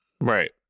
right